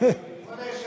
של